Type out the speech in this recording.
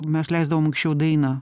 mes leisdavom anksčiau dainą